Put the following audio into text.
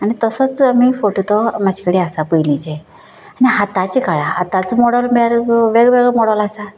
आनी तसोच आमी फोटो तो म्हाजे कडेन आसा पयलीचें आनी आताच्या काळाक आताच्या मोडल वेग वेगळो वेगळो मोडल आसा